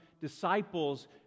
disciples